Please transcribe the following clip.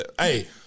Hey